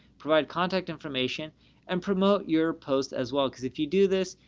provide contact information and promote your post as well. cause if you do this,